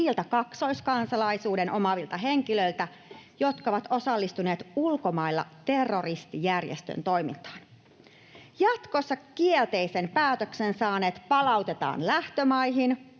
niiltä kaksoiskansalaisuuden omaavilta henkilöiltä, jotka ovat osallistuneet ulkomailla terroristijärjestön toimintaan. Jatkossa kielteisen päätöksen saaneet palautetaan lähtömaihin